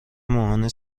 ماهانه